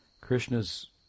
Krishna's